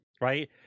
right